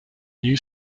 new